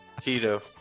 Tito